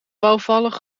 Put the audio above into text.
bouwvallig